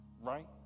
right